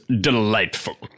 delightful